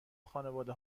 خانواده